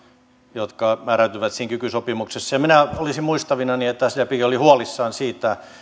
jotka määräytyvät siinä kiky sopimuksessa minä olisin muistavinani että sdpkin oli huolissaan siitä